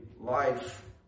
life